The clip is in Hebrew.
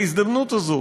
בהזדמנות הזאת